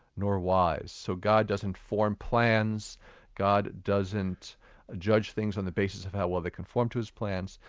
nor wise, so god doesn't form plans god doesn't judge things on the basis of how well they conform to his plans.